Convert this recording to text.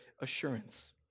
assurance